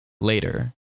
later